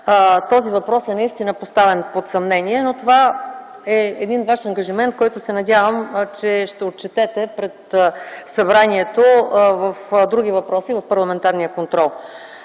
този въпрос е наистина поставен под съмнение. Но, това е един Ваш ангажимент, който се надявам, че ще отчетете пред събранието в други въпроси в парламентарния контрол.